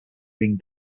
ring